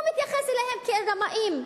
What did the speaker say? הוא מתייחס אליהם כאל רמאים.